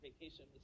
vacation